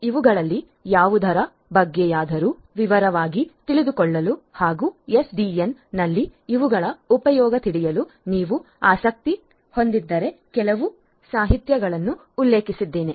ಇವುಗಳಲ್ಲಿ ಯಾವುದರ ಬಗ್ಗೆಯಾದರೂ ವಿವರವಾಗಿ ತಿಳಿದುಕೊಳ್ಳಲು ಹಾಗೂ ಎಸ್ಡಿಎನ್ನಲ್ಲಿ ಇವುಗಳ ಉಪಯೋಗ ತಿಳಿಯಲು ನೀವು ಆಸಕ್ತಿ ಹೊಂದಿದ್ದರೆ ಕೆಲವು ಸಾಹಿತ್ಯಗಳನ್ನು ನಾನು ಉಲ್ಲೇಖಿಸಿದ್ದೇನೆ